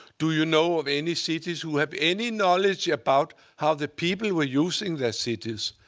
do you know of any cities who have any knowledge about how the people were using their cities?